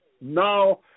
Now